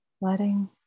letting